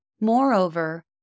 Moreover